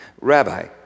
Rabbi